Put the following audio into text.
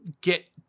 get